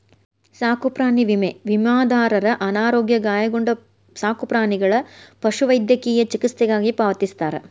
ಸಾಕುಪ್ರಾಣಿ ವಿಮೆ ವಿಮಾದಾರರ ಅನಾರೋಗ್ಯ ಗಾಯಗೊಂಡ ಸಾಕುಪ್ರಾಣಿಗಳ ಪಶುವೈದ್ಯಕೇಯ ಚಿಕಿತ್ಸೆಗಾಗಿ ಪಾವತಿಸ್ತಾರ